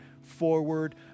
forward